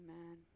Amen